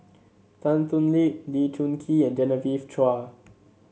Tan Thoon Lip Lee Choon Kee and Genevieve Chua